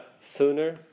sooner